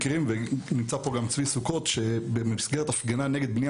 נמצא פה צבי סוכות שבמסגרת הפגנה נגד בנייה